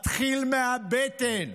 מתחיל מהבטן.